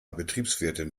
betriebswirtin